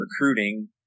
recruiting